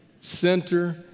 center